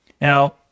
Now